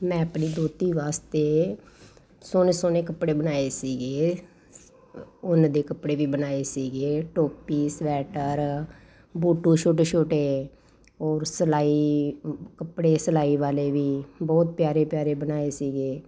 ਮੈਂ ਆਪਣੀ ਦੋਹਤੀ ਵਾਸਤੇ ਸੋਹਣੇ ਸੋਹਣੇ ਕੱਪੜੇ ਬਣਾਏ ਸੀਗੇ ਉੱਨ ਦੇ ਕੱਪੜੇ ਵੀ ਬਣਾਏ ਸੀਗੇ ਟੋਪੀ ਸਵੈਟਰ ਬੋਟੂ ਛੋਟੇ ਛੋਟੇ ਔਰ ਸਿਲਾਈ ਕੱਪੜੇ ਸਿਲਾਈ ਵਾਲੇ ਵੀ ਬਹੁਤ ਪਿਆਰੇ ਪਿਆਰੇ ਬਣਾਏ ਸੀਗੇ